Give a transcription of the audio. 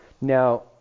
Now